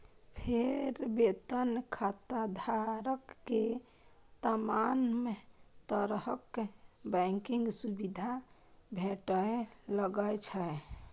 फेर वेतन खाताधारक कें तमाम तरहक बैंकिंग सुविधा भेटय लागै छै